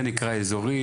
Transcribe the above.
זה נקרא אזורי,